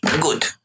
good